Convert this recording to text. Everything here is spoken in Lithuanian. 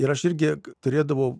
ir aš irgi turėdavau